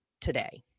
today